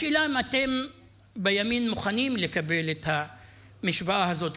השאלה אם אתם בימין מוכנים לקבל את המשוואה הזאת,